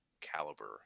caliber